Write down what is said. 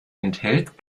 enthält